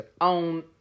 on